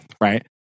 right